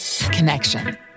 Connection